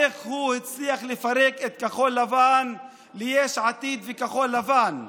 איך הוא הצליח לפרק את כחול לבן ליש עתיד וכחול לבן,